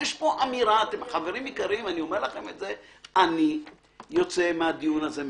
חברים יקרים, אני יוצא מהדיון הזה מזועזע.